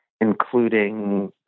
including